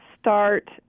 start